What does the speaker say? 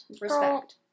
Respect